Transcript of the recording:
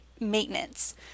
maintenance